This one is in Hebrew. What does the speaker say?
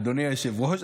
אדוני היושב-ראש,